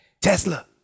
Tesla